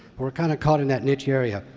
we're kind of caught in that niche area.